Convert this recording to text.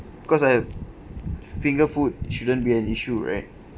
because I finger food shouldn't be an issue right